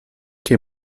che